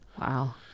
Wow